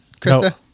Krista